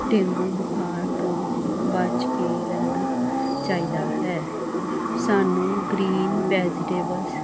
dengue ਬੁਖਾਰ ਤੋਂ ਬਚ ਕੇ ਰਹਿਣਾ ਚਾਹੀਦਾ ਹੈ ਸਾਨੂੰ ਗਰੀਨ ਵੈਜੀਟੇਬਲਸ